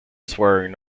swearing